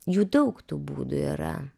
jų daug tų būdų yra